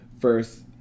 first